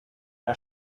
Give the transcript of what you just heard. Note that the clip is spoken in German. der